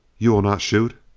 you will not shoot?